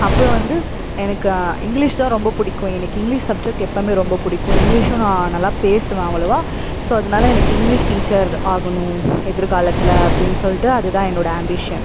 அப்புறம் வந்து எனக்கு இங்கிலீஷ் தான் ரொம்ப பிடிக்கும் எனக்கு இங்கிலீஷ் சப்ஜெக்ட் எப்போவுமே ரொம்ப பிடிக்கும் இங்கிலீஷும் நான் நல்லா பேசுவேன் அவ்ளோவாக ஸோ அதனால எனக்கு இங்கிலீஷ் டீச்சர் ஆகணும் எதிர்காலத்தில் அப்படின்னு சொல்லிட்டு அதுதான் என்னோட ஆம்பிஷன்